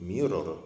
Mirror